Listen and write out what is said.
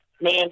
man